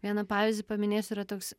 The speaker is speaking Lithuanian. vieną pavyzdį paminėsiu yra toks